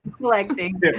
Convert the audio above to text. Collecting